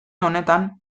honetan